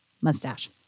mustache